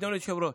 אדוני היושב-ראש,